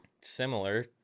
similar